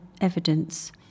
evidence